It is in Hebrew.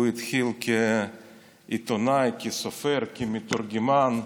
הוא התחיל כעיתונאי, כסופר, כמתורגמן.